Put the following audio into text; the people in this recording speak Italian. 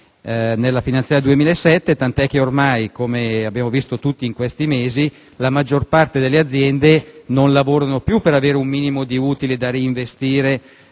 nella finanziaria 2007, al punto che ormai, come abbiamo visto tutti in questi mesi, la maggior parte delle aziende non lavora più per avere un minimo di utili da reinvestire,